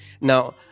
Now